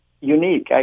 unique